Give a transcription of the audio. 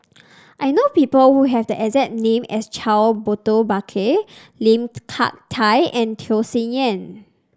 I know people who have the exact name as Charles Burton Buckley Lim Hak Tai and Tham Sien Yen